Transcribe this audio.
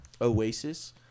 oasis